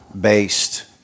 based